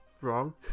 wrong